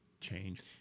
change